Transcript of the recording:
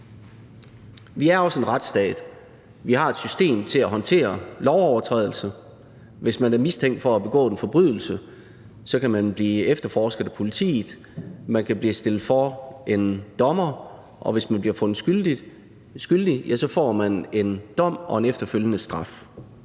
Vi er også en retsstat. Vi har et system til at håndtere lovovertrædelser. Hvis man er mistænkt for at have begået en forbrydelse, kan man blive efterforsket af politiet, man kan blive stillet for en dommer, og hvis man bliver fundet skyldig, ja, så får man en dom og en efterfølgende straf.